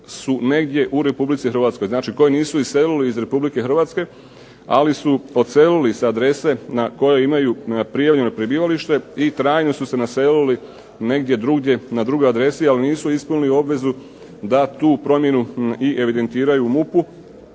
su negdje u Republici Hrvatske, znači koji nisu iselili iz Republike Hrvatske, ali su odselili sa adrese na kojoj imaju prijavljeno prebivalište i trajno su se naselili negdje drugdje na drugoj adresi, ali nisu ispunili obvezu da tu promjenu i evidentiraju u MUP-u,